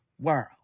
world